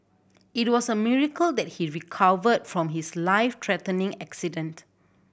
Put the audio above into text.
it was a miracle that he recovered from his life threatening accident